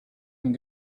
and